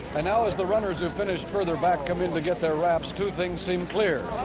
and now as the runners who finished further back come in to get their wraps, two things seem clear.